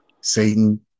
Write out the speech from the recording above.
Satan